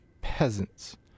peasants